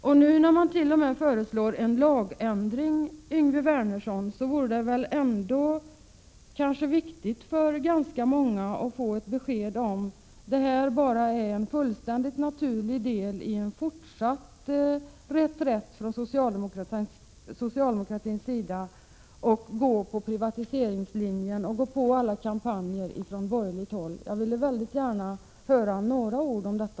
När man nu t.o.m. föreslår en lagändring, är det, Yngve Wernersson, säkerligen angeläget för många att få ett besked om huruvida detta är ett led i en fortsatt reträtt från socialdemokratins sida och att man alltså även i framtiden kommer att gå på privatiseringslinjen och ta intryck av alla kampanjer från borgerligt håll. Jag skulle mycket gärna vilja höra några ord om detta.